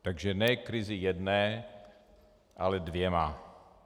Takže ne krizi jedné, ale dvěma.